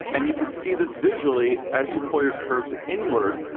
and you can see this visually as you pull your curves inward,